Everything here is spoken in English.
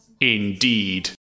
Indeed